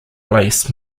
lace